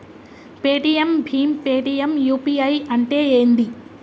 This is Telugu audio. పేటిఎమ్ భీమ్ పేటిఎమ్ యూ.పీ.ఐ అంటే ఏంది?